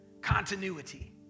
Continuity